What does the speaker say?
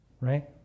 right